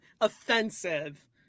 offensive